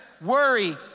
worry